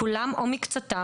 כולם או מקצתם,